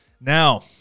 Now